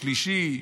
שלישי,